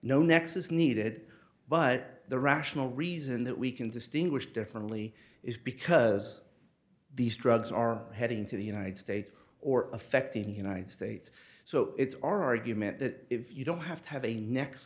no nexus needed but the rational reason that we can distinguish differently is because these drugs are heading to the united states or affecting the united states so it's our argument that if you don't have to have a